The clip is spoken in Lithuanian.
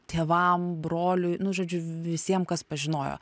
tėvam broliui nu žodžiu visiem kas pažinojo